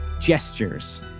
gestures